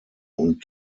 und